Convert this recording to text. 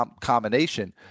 combination